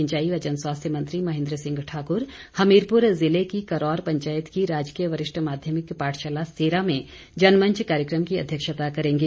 सिंचाई व जनस्वास्थ्य मंत्री महेंद्र सिंह ठाकुर हमीरपुर जिले की करौर पंचायत की राजकीय वरिष्ठ माध्यमिक पाठशाला सेरा में जनमंच कार्यक्रम की अध्यक्षता करेंगे